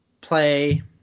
play